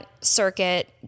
Circuit